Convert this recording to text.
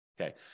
Okay